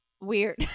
weird